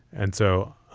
and so.